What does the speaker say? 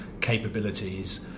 capabilities